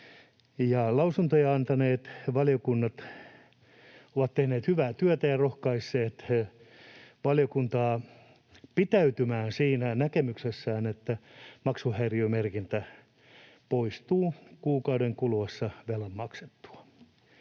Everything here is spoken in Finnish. lausuntoja antaneet valiokunnat ovat tehneet hyvää työtä ja rohkaisseet valiokuntaa pitäytymään siinä näkemyksessään, että maksuhäiriömerkintä poistuu kuukauden kuluessa velan maksusta.